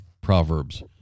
Proverbs